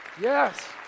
Yes